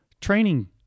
training